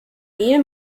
mehl